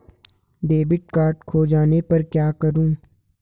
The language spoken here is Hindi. डेबिट कार्ड खो जाने पर क्या करूँ?